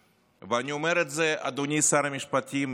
ואני אומר את זה, אדוני שר המשפטים, מתוך